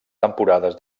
temporades